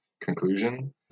conclusion